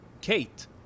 Kate